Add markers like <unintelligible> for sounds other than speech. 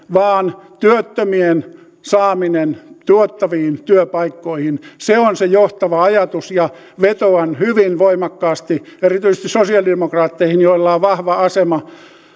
<unintelligible> vaan työttömien saaminen tuottaviin työpaikkoihin se on se johtava ajatus vetoan hyvin voimakkaasti erityisesti sosialidemokraatteihin joilla on vahva asema